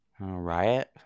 Riot